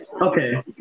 Okay